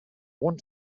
want